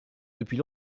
depuis